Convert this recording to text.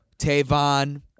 Tavon